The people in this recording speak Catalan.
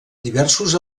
diversos